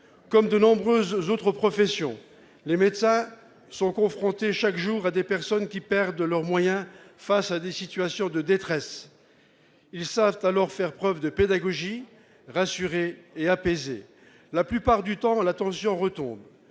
Comme de nombreuses autres professions, les médecins sont confrontés chaque jour à des personnes qui perdent leurs moyens face à des situations de détresse. Ils savent alors faire preuve de pédagogie, rassurer et apaiser. La plupart du temps, la tension retombe.